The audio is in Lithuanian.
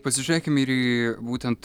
pasižiūrėkim ir į būtent